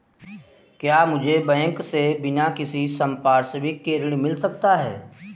क्या मुझे बैंक से बिना किसी संपार्श्विक के ऋण मिल सकता है?